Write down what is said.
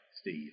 Steve